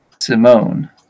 Simone